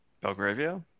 Belgravia